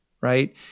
Right